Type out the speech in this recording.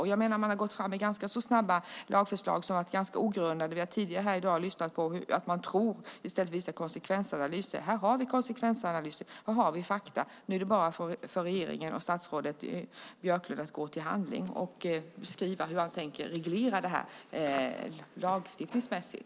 Regeringen har tidigare gått fram med snabba lagförslag som har varit ganska ogrundade. Vi har tidigare i dag hört att regeringen tror saker i stället för att visa konsekvensanalyser. Här har vi konsekvensanalyser och fakta. Nu är det bara för regeringen och statsrådet Björklund att gå till handling och skriva hur det ska regleras lagstiftningsmässigt.